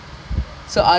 oh ya ya